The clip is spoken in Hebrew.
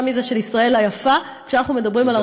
מזה של ישראל היפה כשאנחנו מדברים על,